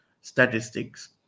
statistics